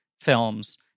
films